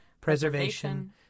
preservation